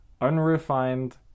unrefined